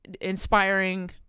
Inspiring